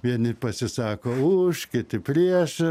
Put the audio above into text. vieni pasisako už kiti prieš